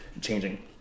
changing